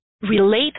relate